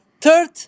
Third